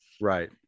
right